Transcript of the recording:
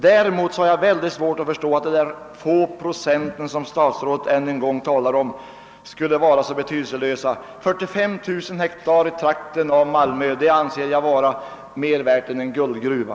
Däremot har jag svårt att förstå det resonemang som statsrådet än en gång för och som går ut på att det endast är en ringa och betydelselös andel som bebyggs. Jag anser 45 000 hektar jordbruksmark i trakten av Malmö vara värda mer än en guldgruva.